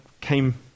came